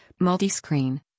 Multiscreen